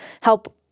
help